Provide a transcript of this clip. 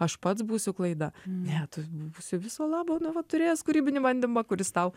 aš pats būsiu klaida ne tu būsi viso labo na va turėjęs kūrybinį bandymą kuris tau